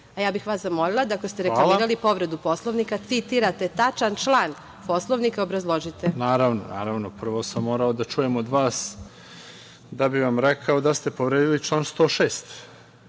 bih vas ako ste reklamirali povredu Poslovnika citirate tačan član Poslovnika i obrazložite. **Enis Imamović** Naravno. Prvo sam morao da čujem od vas da bi vam rekao da ste povredili član 106.